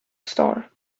star